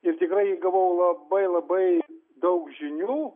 ir tikrai gavau labai labai daug žinių